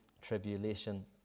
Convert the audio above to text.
tribulation